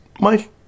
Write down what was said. Mike